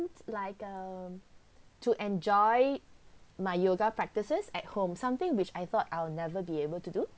it's like um to enjoy my yoga practices at home something which I thought I'll never be able to do